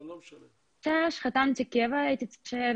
ונסתי להסביר